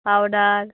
powder